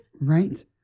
Right